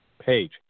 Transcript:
page